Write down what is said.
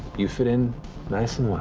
you fit in nice and well.